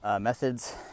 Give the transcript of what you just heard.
methods